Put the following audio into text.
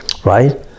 Right